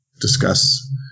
discuss